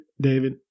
David